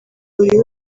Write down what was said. buri